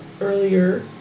earlier